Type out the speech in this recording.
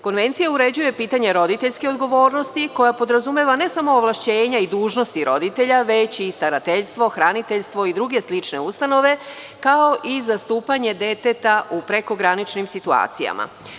Konvencija uređuje pitanje roditeljske odgovornosti koja podrazumeva ne samo ovlašćenja i dužnosti roditelja već i starateljstvo, hraniteljstvo i druge slične ustanove kao i zastupanje deteta u preko graničnim situacijama.